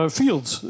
fields